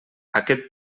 aquest